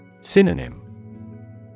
Synonym